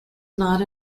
not